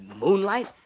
moonlight